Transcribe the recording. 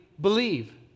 believe